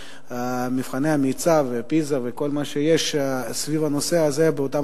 מבחני המיצ"ב ו"פיזה" וכל מה שיש סביב הנושא הזה באותם